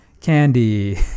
candy